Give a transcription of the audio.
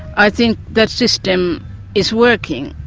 i think the system is working,